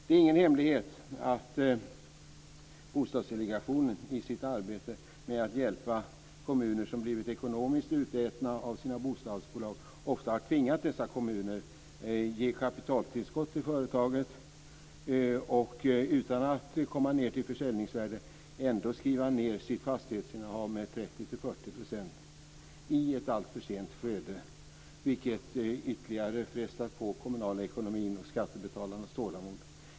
Det är ingen hemlighet att Bostadsdelegationen i sitt arbete med att hjälpa kommuner som blivit ekonomiskt utätna av sina bostadsbolag ofta har tvingat dessa kommuner att ge kapitaltillskott till företaget och utan att komma ned till försäljningsvärdet ändå skriva ned sitt fastighetsinnehav med 30-40 % i ett alltför sent skede, vilket ytterligare frestat på den kommunala ekonomin och skattebetalarnas tålamod.